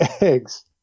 eggs